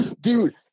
dude